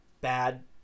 bad